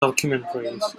documentaries